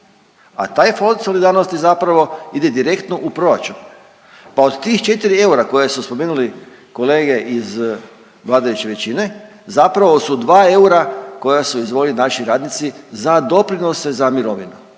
a taj Fond solidarnosti zapravo ide direktno u proračun, pa od tih 4 eura koje su spomenuli kolege iz vladajuće većine zapravo su 2 eura koja su izdvojili naši radnici za doprinose za mirovine.